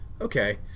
Okay